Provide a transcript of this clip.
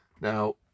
Now